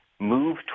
move